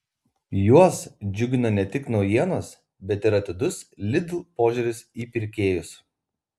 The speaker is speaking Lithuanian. juos džiugina ne tik naujienos bet ir atidus lidl požiūris į pirkėjus